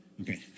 okay